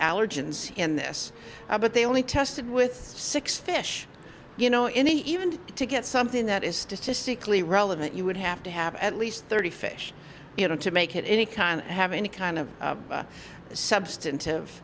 allergens in this but they only tested with six fish you know in even to get something that is statistically relevant you would have to have at least thirty fish you know to make it any kind have any kind of substantive